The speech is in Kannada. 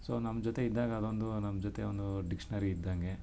ಸೊ ನಮ್ಮ ಜೊತೆ ಇದ್ದಾಗ ಅದೊಂದು ನಮ್ಮ ಜೊತೆ ಒಂದೂ ಡಿಕ್ಷ್ನರಿ ಇದ್ದಂಗೆ